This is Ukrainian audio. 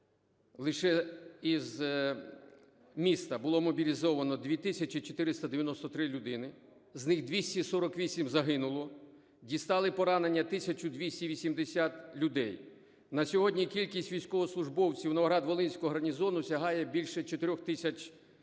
лише із міста було мобілізовано 2 тисячі 493 людини, з них 248 загинуло, дістали поранення 1 тисячу 280 людей. На сьогодні кількість військовослужбовців Новоград-Волинського гарнізону сягає більше 4 тисяч осіб.